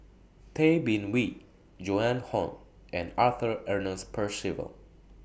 Tay Bin Wee Joan Hon and Arthur Ernest Percival